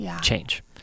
change